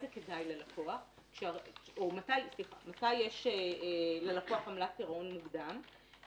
מתי יש ללקוח עמלת פירעון מוקדם?